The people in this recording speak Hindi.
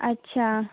अच्छा